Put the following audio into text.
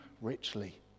richly